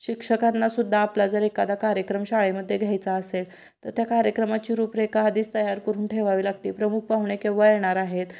शिक्षकांना सुद्धा आपला जर एखादा कार्यक्रम शाळेमध्ये घ्यायचा असेल तर त्या कार्यक्रमाची रूपरेखा आधीच तयार करून ठेवावी लागते प्रमुख पाहुणे केव्हा येणार आहेत